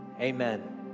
amen